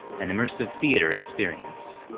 an immersive theater experience.